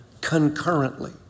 concurrently